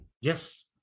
yes